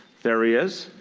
there he is.